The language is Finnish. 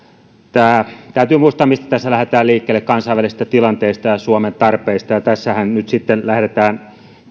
täytyy muistaa mistä tässä lähdetään liikkeelle kansainvälisestä tilanteesta ja ja suomen tarpeista tässä kyseisessä laissa ja mietinnössä nyt sitten lähdetään